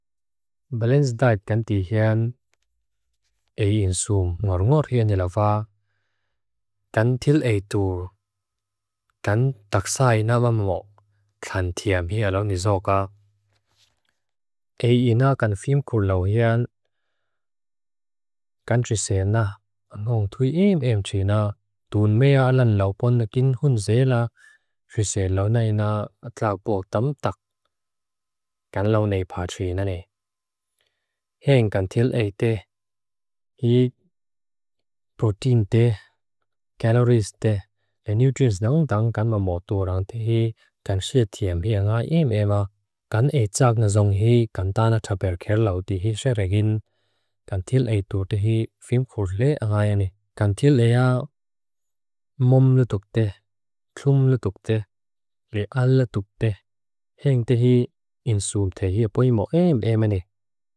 Belenzidaet gan tihian, ei insum ngur ngur hian ilawa. Gan til eitur, gan taksa aina vamo. Klan tiam hi alo nizoka. Ei ina gan fimkul lo hian. Gan chise na, anong tuim emchina. Dun mea alan laupon agin hun zeila. Chise lo naina atlagpok dam tak. Gan lo neipa triinane. Hien gan til eite. Hi protein te. Calories te. Le nutrients dang dang gan mamoturang te hi. Gan sietiem hi anga im ema. Gan etsak ngazong hi. Gan tana taber ker lau te hi ser agin. Gan til eitur te hi. Fimkul le aga yane. Gan til lea mom lutuk te. Tum lutuk te. Le al lutuk te. Gan te hi insum te hi apo ima emene.